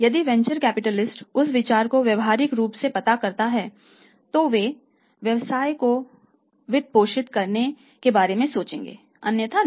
यदि venture capitalist उस विचार को व्यावहारिक रूप में पाता है तो वे व्यवसाय को वित्तपोषित करने के बारे में सोचेंगे अन्यथा नहीं